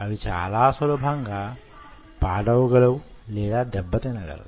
అవి చాలా సులభంగా పాడవగలవు లేదా దెబ్బ తినగలవు